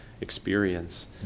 experience